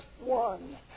one